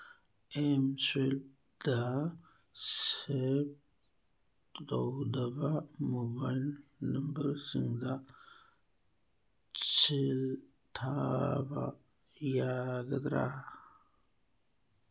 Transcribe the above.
ꯑꯦꯝꯁ꯭ꯋꯦꯞꯗ ꯁꯦꯞ ꯇꯧꯗꯕ ꯃꯣꯕꯥꯏꯜ ꯅꯝꯕꯔꯁꯤꯡꯗ ꯁꯦꯜ ꯊꯥꯕ ꯌꯥꯒꯗ꯭ꯔꯥ